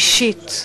האישית,